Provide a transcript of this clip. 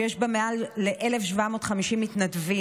שיש בה מעל ל-1,750 מתנדבים,